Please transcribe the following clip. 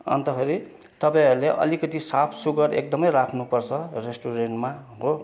अन्तखेरि तपाईँहरूले अलिकति साफ सुग्घर एकदमै राख्नु पर्छ रेस्टुरेन्टमा